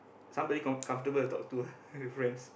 somebody com~ comfortable to talk to ah with ranks